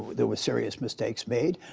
there were serious mistakes made.